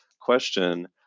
question